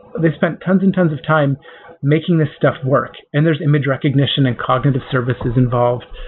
they spent tons and tons of time making this stuff work, and there's image recognition and cognitive services involved.